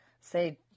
say